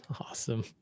awesome